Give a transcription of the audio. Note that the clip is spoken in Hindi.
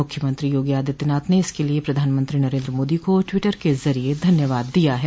मुख्यमंत्री योगी आदित्यनाथ ने इसके लिये प्रधानमंत्री नरेन्द्र मोदी को ट्वीटर के जरिये धन्यवाद दिया है